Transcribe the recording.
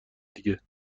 دیگه